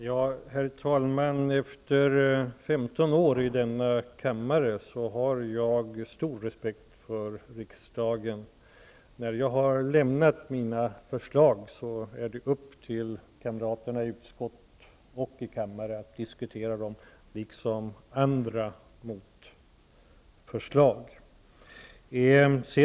Herr talman! Efter 15 år i riksdagen har jag stor respekt för riksdagen. När jag har lämnat mina förslag är det upp till kamraterna i utskott och kammare att diskutera dem liksom motförslag.